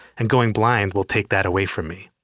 and going blind will take that away from me.